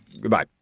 goodbye